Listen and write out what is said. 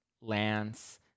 Lance